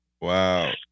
Wow